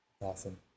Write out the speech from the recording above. awesome